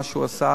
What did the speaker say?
מה שהוא עשה,